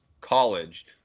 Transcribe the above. college